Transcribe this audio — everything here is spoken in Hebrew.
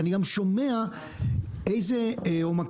אני גם שומע איזה עומק